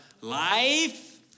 life